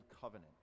Covenant